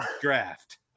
draft